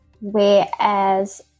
Whereas